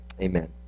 amen